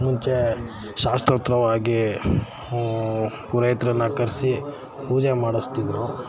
ಮುಂಚೆ ಶಾಸ್ತ್ರೋಕ್ತವಾಗಿ ಪುರೋಹಿತ್ರನ್ನು ಕರೆಸಿ ಪೂಜೆ ಮಾಡಿಸ್ತಿದ್ರು